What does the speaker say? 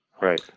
Right